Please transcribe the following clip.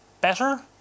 better